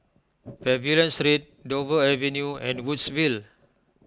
Pavilion Street Dover Avenue and Woodsville